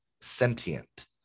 Sentient